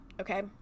Okay